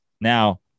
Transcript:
Now